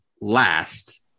last